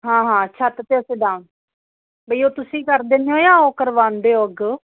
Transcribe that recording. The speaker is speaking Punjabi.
ਹਾਂ ਹਾਂ ਛੱਤ ਤੇ ਅਸੀਂ ਡਾਊਨ ਵਈ ਉਹ ਤੁਸੀਂ ਕਰ ਦਿੰਨੇ ਓ ਜਾਂ ਕਰਵਾਂਦੇ ਓ ਅੱਗੋਂ